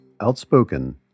outspoken